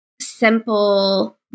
simple